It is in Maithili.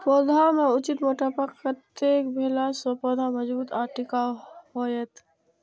पौधा के उचित मोटापा कतेक भेला सौं पौधा मजबूत आर टिकाऊ हाएत?